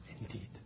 indeed